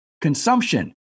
consumption